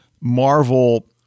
marvel